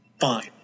fine